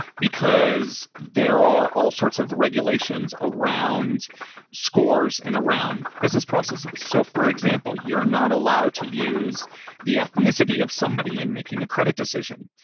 because there are all sorts of regulations around scores and around business processes. so for example, you're not allowed to use the ethnicity of somebody in making a credit decision.